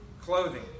clothing